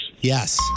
Yes